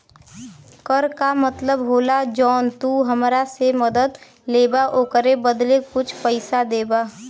कर का मतलब होला जौन तू हमरा से मदद लेबा ओकरे बदले कुछ पइसा देबा